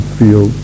feel